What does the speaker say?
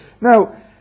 Now